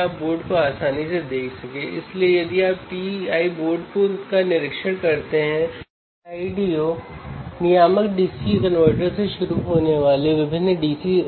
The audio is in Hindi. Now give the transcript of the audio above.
आउटपुट वोल्टेज है Vout R4R3 इसलिए यदि आप इस विशेष सर्किट को देखते हैं तो Vout एक डिफ़्रेंसियल एम्पलीफायर है अब R2 और R1 की